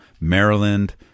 Maryland